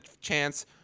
chance